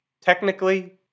Technically